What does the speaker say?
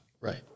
Right